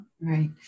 right